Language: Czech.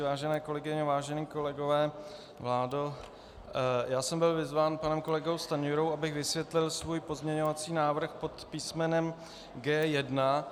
Vážené kolegyně, vážení kolegové, vládo, já jsem byl vyzván panem kolegou Stanjurou, abych vysvětlil svůj pozměňovací návrh pod písmenem G1.